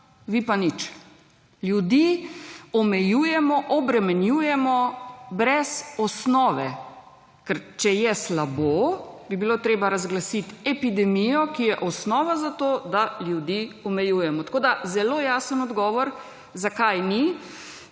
vi pa nič. Ljudi omejujemo, obremenjujemo brez osnove. Ker če je slabo, bi bilo treba razglasiti epidemijo, ki je osnova za to, da ljudi omejujemo. Tako da zelo jasen odgovor zakaj ni.